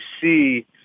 see